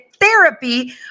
therapy